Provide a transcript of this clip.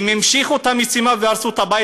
הם המשיכו את המשימה והרסו את הבית